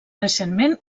recentment